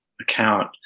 account